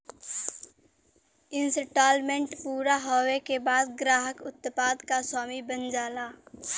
instalment पूरा होये के बाद ग्राहक उत्पाद क स्वामी बन जाला